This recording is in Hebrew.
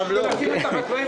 שלחנו לוועדה,